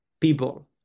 people